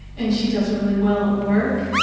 and she does really well at work.